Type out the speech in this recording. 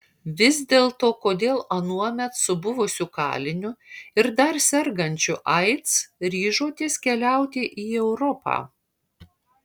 vis dėlto kodėl anuomet su buvusiu kaliniu ir dar sergančiu aids ryžotės keliauti į europą